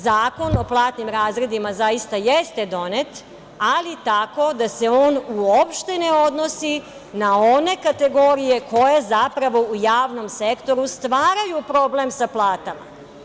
Zakon o platnim razredima zaista jeste donet, ali tako da se on uopšte ne odnosi na one kategorije koje zapravo u javnom sektoru stvaraju problem sa platama.